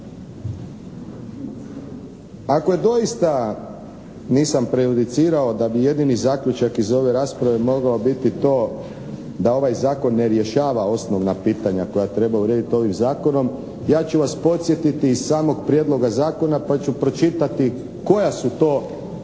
Ako je doista, nisam prejudicirao da bi jedini zaključak iz ove rasprave mogao biti to da ovaj zakon ne rješava osnovna pitanja koja treba urediti ovim zakonom, ja ću vas podsjetiti iz samog prijedloga zakona pa ću pročitati koja su to kao što